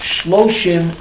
Shloshim